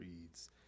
reads